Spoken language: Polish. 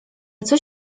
coś